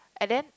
and then